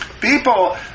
people